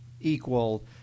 equal